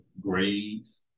grades